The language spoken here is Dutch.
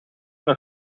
nog